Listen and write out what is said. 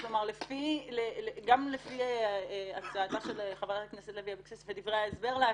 לפי הצעתה של חברת הכנסת לוי אבקסיס ודברי ההסברה להצעתה,